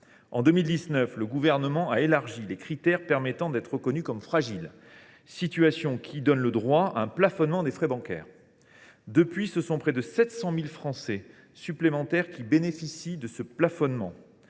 En 2019, le Gouvernement a élargi les critères permettant d’être reconnu comme « fragile », situation qui donne le droit à un plafonnement des frais bancaires. Depuis lors, près de 700 000 Français supplémentaires bénéficient de ce plafonnement.